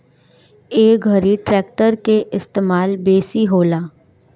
ए घरी ट्रेक्टर के इस्तेमाल बेसी होला